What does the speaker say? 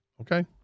Okay